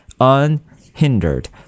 unhindered